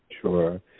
Sure